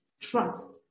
trust